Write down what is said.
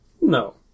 No